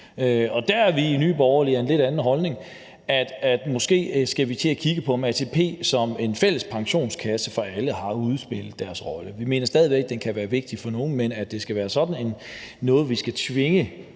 og der er vi i Nye Borgerlige af en lidt anden holdning, altså at man måske skal til at kigge på, om ATP som en fælles pensionskasse for alle har udspillet sin rolle. Vi mener stadig væk, at den kan være vigtig for nogle, men at det skal være sådan noget, som man skal tvinge